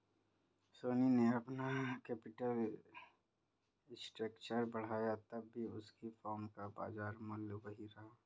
शनी ने अपना capital structure बढ़ाया तब भी उसकी फर्म का बाजार मूल्य वही रहा